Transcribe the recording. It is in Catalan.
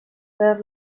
per